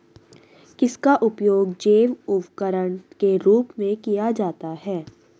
किसका उपयोग जैव उर्वरक के रूप में किया जाता है?